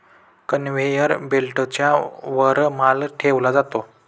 conveyor बेल्टच्या वर माल ठेवला जातो